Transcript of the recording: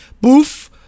boof